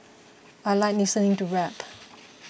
I like listening to rap